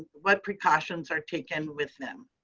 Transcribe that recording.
what precautions are taken with them?